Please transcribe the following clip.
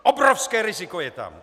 Obrovské riziko je tam!